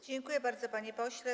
Dziękuję bardzo, panie pośle.